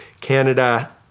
Canada